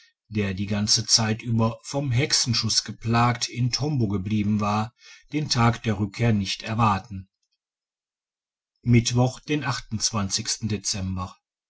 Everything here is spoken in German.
der die ganze zeit über vom hexenschuss geplagt in tombo geblieben war den tag der rückkehr nicht erwarten mittwoch den